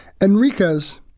Enriquez